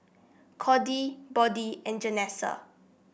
Cordie Bode and Janessa